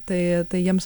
tai tai jiems